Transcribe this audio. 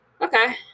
okay